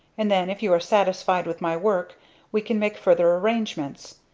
and then if you are satisfied with my work we can make further arrangements.